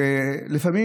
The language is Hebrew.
ולפעמים,